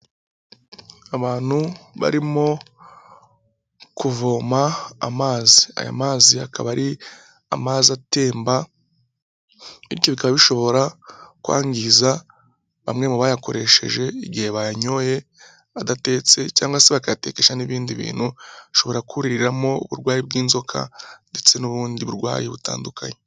Abantu barimo kuvoma amazi, ayo mazi akaba ari amazi atemba, bityo bikaba bishobora kwangiza bamwe mu bayakoresheje igihe bayoye adatetse, cyangwa se bakayatesha n'ibindi bintu, bishobora kuririramo uburwayi bw'inzoka, ndetse n'ubundi burwayi butandukanye.